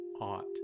ought